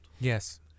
Yes